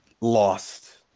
lost